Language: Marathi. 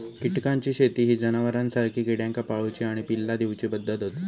कीटकांची शेती ही जनावरांसारखी किड्यांका पाळूची आणि पिल्ला दिवची पद्धत आसा